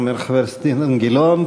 אומר חבר הכנסת אילן גילאון.